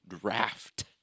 draft